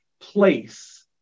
place